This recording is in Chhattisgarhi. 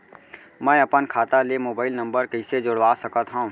मैं अपन खाता ले मोबाइल नम्बर कइसे जोड़वा सकत हव?